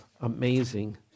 amazing